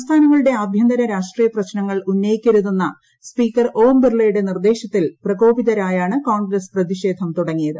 സംസ്ഥാനങ്ങളുടെ ആഭ്യന്തര രാഷ്ട്രീയ പ്രശ്നങ്ങൾ ഉന്നയിക്കരുതെന്ന സ്പീക്കർ ഓംബിർളയുടെ നിർദ്ദേശത്തിൽ പ്രകോപിതരായാണ് കോൺഗ്രസ്സ് പ്രതിഷേധം തുടങ്ങിയത്